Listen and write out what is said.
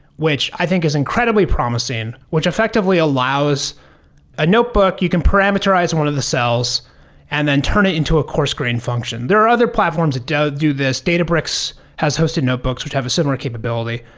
which i think is incredibly promising, which effectively allows a notebook, you can parameterize one of the cells and then turn it into a coarse-grain function. there are other platforms that do this. databricks has hosted notebooks, which have a similar capability.